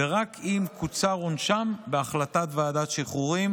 ורק אם קוצר עונשם בהחלטת ועדת השחרורים